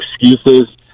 excuses